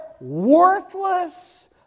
worthless